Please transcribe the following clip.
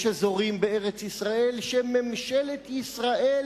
יש אזורים בארץ-ישראל שממשלת ישראל